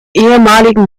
ehemaligen